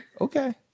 Okay